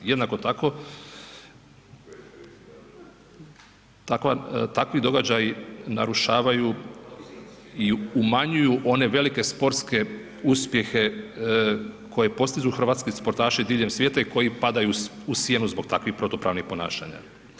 Jednako tako, takvi događaji narušavaju i umanjuju one velike sportske uspjehe koje postižu hrvatski sportaši diljem svijeta i koji padaju u sjenu zbog takvih protupravnih ponašanja.